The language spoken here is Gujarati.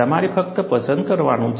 તમારે ફક્ત પસંદ કરવાનું છે